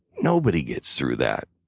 nobody gets through that.